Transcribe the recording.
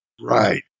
Right